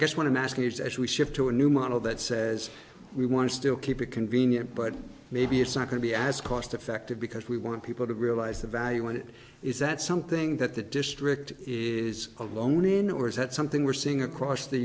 guess what i'm asking is as we shift to a new model that says we want to still keep it convenient but maybe it's not going to be as cost effective because we want people to realize the value when it is that something that the district is alone in or is that something we're seeing across the